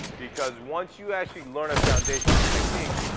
because once you actually learn a foundation and techniques,